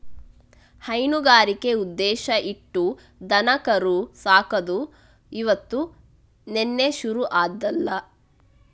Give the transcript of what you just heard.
ಹೈನುಗಾರಿಕೆ ಉದ್ದೇಶ ಇಟ್ಟು ದನಕರು ಸಾಕುದು ಇವತ್ತು ನಿನ್ನೆ ಶುರು ಆದ್ದಲ್ಲ